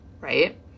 right